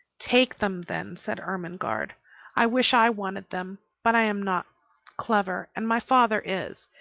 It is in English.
take them, then, said ermengarde i wish i wanted them, but i am not clever, and my father is,